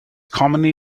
commonly